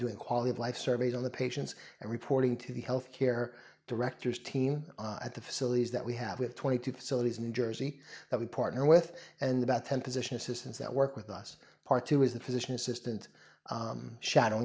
doing quality of life surveys on the patients and reporting to the health care directors team at the facilities that we have with twenty two facilities in jersey that we partner with and about ten position assistance that work with us part two is the physician assistant shadow